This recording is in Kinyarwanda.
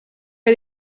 ari